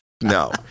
no